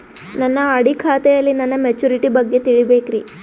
ನನ್ನ ಆರ್.ಡಿ ಖಾತೆಯಲ್ಲಿ ನನ್ನ ಮೆಚುರಿಟಿ ಬಗ್ಗೆ ತಿಳಿಬೇಕ್ರಿ